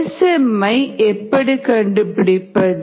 Smமை எப்படி கண்டுபிடிப்பது